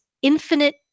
infinite